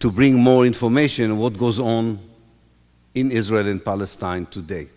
to bring more information of what goes on in israel and palestine today